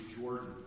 Jordan